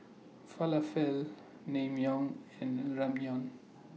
Falafel Naengmyeon and Ramyeon